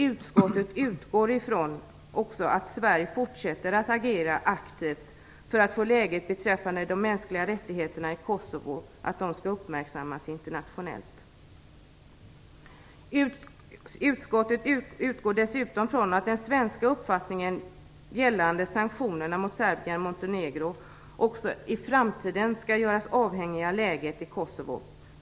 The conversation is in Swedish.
Utskottet utgår från att Sverige fortsätter att aktivt agera för att få läget beträffande de mänskliga rättigheterna i Kosovo uppmärksammat internationellt. Utskottet utgår dessutom från att den svenska uppfattningen gällande sanktionerna mot Serbien Montenegro också i framtiden skall göras avhängiga av läget i Kosovo.